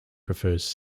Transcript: prefers